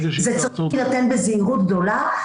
זה צריך להנתן בזהירות גדולה,